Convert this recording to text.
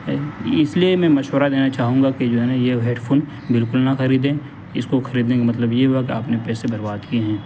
اس لیے میں مشورہ دینا چاہوں گا کہ جو ہے نا یہ ہیڈفون بالکل نہ خریدیں اس کو خریدنے کا مطلب یہ ہوا کہ آپ نے پیسے برباد کیے ہیں